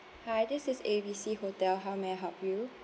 hi this is A B C hotel how may I help you